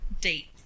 date